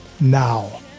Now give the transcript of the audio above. now